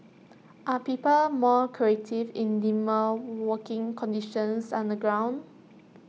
are people more creative in dimmer working conditions underground